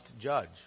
judge